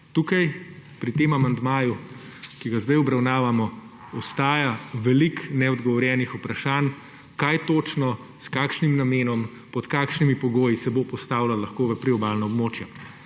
tukaj, pri tem amandmaju, ki ga zdaj obravnavamo, ostaja veliko neodgovorjenih vprašanj, kaj točno, s kakšnim namenom, pod kakšnimi pogoji se bo postavljalo lahko v priobalna območja.